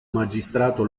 magistrato